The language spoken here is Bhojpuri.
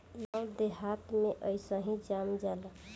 इ गांव देहात में अइसही जाम जाला